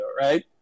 right